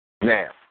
Now